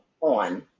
on